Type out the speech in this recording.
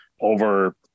over